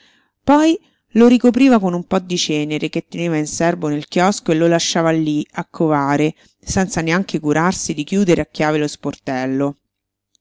poi lo ricopriva con un po di cenere che teneva in serbo nel chiosco e lo lasciava lí a covare senza neanche curarsi di chiudere a chiave lo sportello